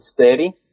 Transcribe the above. steady